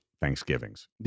Thanksgivings